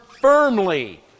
firmly